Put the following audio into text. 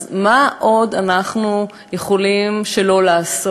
אז מה עוד אנחנו יכולים שלא לעשות?